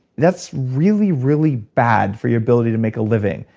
that's really, really bad for your ability to make a living.